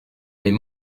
mais